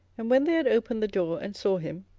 and when they had opened the door, and saw him,